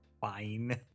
Fine